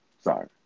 Sorry